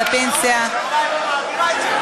(תיקון, הגבלת דמי ניהול בקרנות הפנסיה).